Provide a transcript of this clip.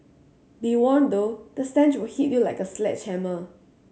be warned though the stench will hit you like a sledgehammer